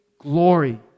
glory